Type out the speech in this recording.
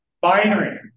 binary